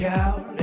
out